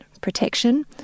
protection